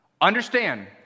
Understand